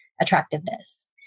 attractiveness